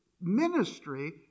ministry